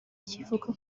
kivuga